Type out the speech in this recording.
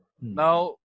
Now